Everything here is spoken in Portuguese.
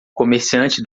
comerciante